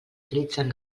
utilitzen